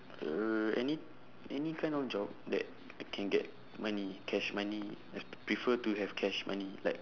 uh any any kind of job that I can get money cash money I p~ prefer to have cash money